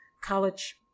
college